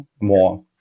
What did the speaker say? more